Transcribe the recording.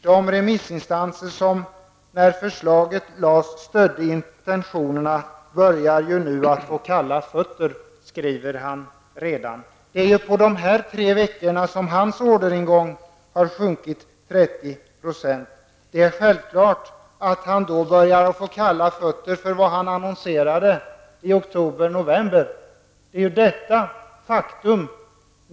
De remissinstanser som när förslaget lades stödde intentionerna börjar nu att få kalla fötter.'' Under dessa tre veckor direktörens orderingång sjunkit 30 %. Det är självklart att han börjar få kalla fötter. Detta är ett faktum.